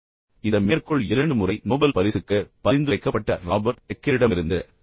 எனவே இந்த மேற்கோள் இரண்டு முறை நோபல் பரிசு பரிந்துரைக்கப்பட்ட ராபர்ட் பெக்கெரிடமிருந்து வருகிறது